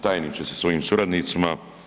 Tajniče sa svojim suradnicima.